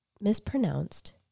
mispronounced